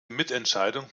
mitentscheidung